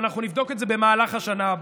ואנחנו נבדוק את זה במהלך השנה הבאה.